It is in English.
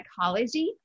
psychology